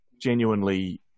genuinely